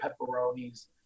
pepperonis